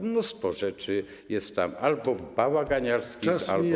Mnóstwo rzeczy jest tam albo bałaganiarskich, albo złych.